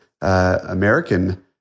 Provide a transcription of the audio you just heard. American